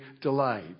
delight